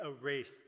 erased